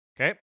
Okay